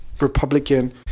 Republican